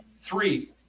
three